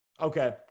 Okay